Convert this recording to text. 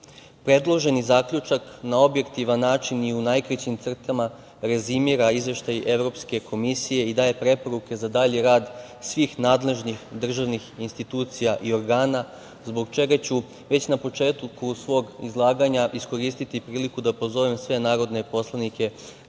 poslanika. Predloženi zaključak na objektivan način i u najkraćim crtama rezimira Izveštaj Evropske komisije i daje preporuke za dalji rad svih nadležnih državnih institucija i organa, zbog čega ću već na početku svog izlaganja iskoristiti priliku da pozovem sve narodne poslanike da